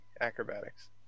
acrobatics